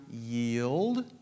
yield